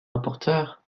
rapporteur